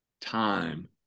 time